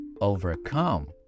overcome